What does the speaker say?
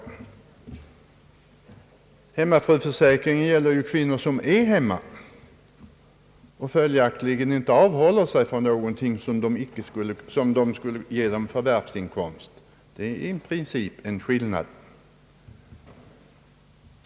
Den frivilliga hemmafruförsäkringen gäller ju kvinnor som är hemma och därför inte avhåller sig från någonting som skulle ge dem förvärvsinkomst. Det är i princip en skillnad.